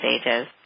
stages